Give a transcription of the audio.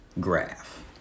graph